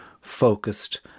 focused